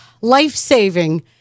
Life-saving